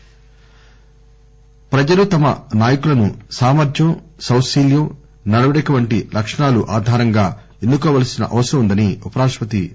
ఉపరాష్టపతి ప్రజలు తమ నాయకులను సామర్థ్యం సౌశీల్యం నడవడివంటి లక్షణాలు ఆధారంగా ఎన్ను కోవాల్సిన అవసరం ఉందని ఉపరాష్టపతి ఎం